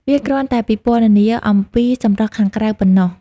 វាគ្រាន់តែពិពណ៌នាអំពីសម្រស់ខាងក្រៅប៉ុណ្ណោះ។